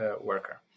worker